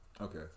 Okay